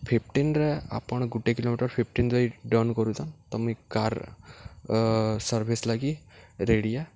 ଫିଫ୍ଟିନ୍ରେ ଆପଣ୍ ଗୁଟେ kilometre fifteen ଯଦି ଡନ୍ କରୁଚନ୍ ତ ମୁଇଁ କାର୍ ସର୍ଭିସ୍ ଲାଗି ରେଡ଼ି ଆଏ